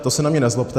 To se na mě nezlobte.